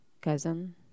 cousin